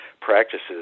practices